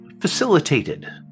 facilitated